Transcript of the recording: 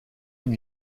une